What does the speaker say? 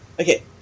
Okay